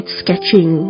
sketching